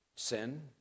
Sin